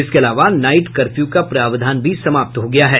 इसके अलावा night curfew का प्रावधान भी समाप्त हो गया है